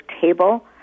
table